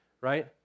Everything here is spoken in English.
right